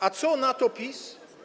A co na to PiS?